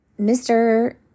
Mr